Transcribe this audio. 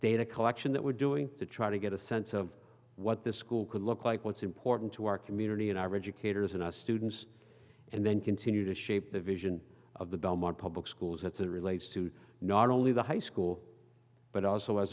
data collection that we're doing to try to get a sense of what this school could look like once important to our community and our educators and students and then continue to shape the vision of the belmont public schools that's it relates to not only the high school but also as